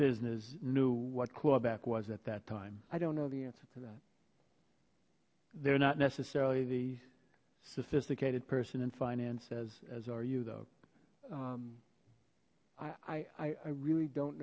business knew what quarterback was at that time i don't know the answer to that they're not necessarily the sophisticated person and finances as are you though i i really don't